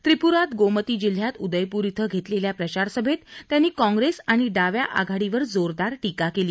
त्रिपुरात गोमती जिल्ह्यात उदयपूर इथं घेतलेल्या प्रचारसभेत त्यांनी काँग्रेस आणि डाव्या आघाडीवर जोरदार टीका केली